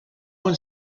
one